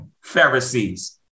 Pharisees